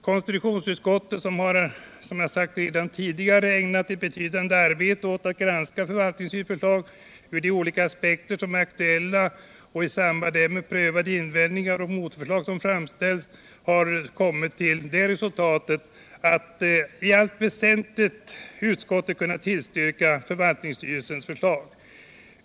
Konstitutionsutskottet har, som jag redan tidigare sagt, ägnat ett betydande arbete åt att granska förvaltningsstyrelsens förslag ur de olika aspekter som är aktuella och i samband därmed prövat de invändningar och motförslag som framställts. Resultatet av utskottets arbete är att utskottet i allt väsentligt kan tillstyrka förvaltningsstyrelsens förslag.